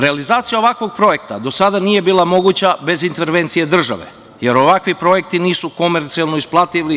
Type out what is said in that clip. Realizacija ovakvog projekta do sada nije bila moguća bez intervencije države, jer ovakvi projekti nisu komercijalno isplativi.